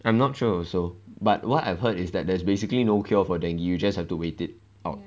I'm not sure also but what I've heard is that there's basically no cure for dengue you just have to wait it out